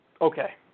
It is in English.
Okay